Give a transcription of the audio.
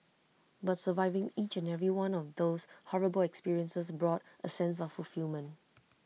but surviving each and every one of those terrible experiences brought A sense of fulfilment